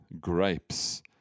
grapes